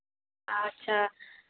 अच्छा